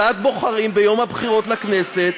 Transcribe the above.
עוד דוגמה: הסעת בוחרים ביום הבחירות לכנסת